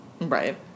Right